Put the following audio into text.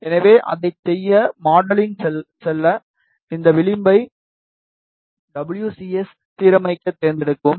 எனவே அதைச் செய்ய மாடலிங் செல்ல இந்த விளிம்பை WCS சீரமைக்க தேர்ந்தெடுக்கவும்